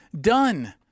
done